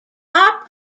top